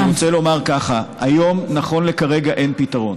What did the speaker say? אני רוצה לומר ככה: היום, נכון לכרגע, אין פתרון.